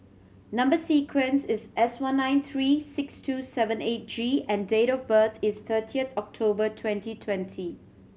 number sequence is S one nine three six two seven eight G and date of birth is thirtieth October twenty twenty